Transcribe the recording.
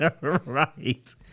Right